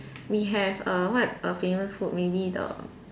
we have err what err famous food maybe the